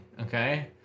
Okay